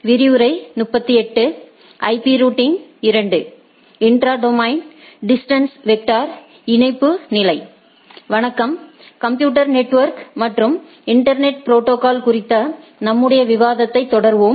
வணக்கம் computer network மற்றும் internet protocols குறித்த நம்முடைய விவாதத்தைத் தொடருவோம்